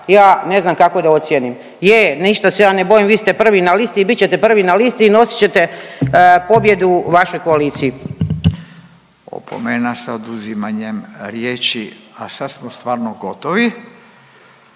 ja ne znam kako da ocijenim. Je, ništa se ja ne bojim, vi ste prvi na listi i bit ćete privi na listi i nosit ćete pobjedu vašoj koaliciji. **Radin, Furio (Nezavisni)** Opomena sa oduzimanjem riječi. A sad smo stvarno gotovi.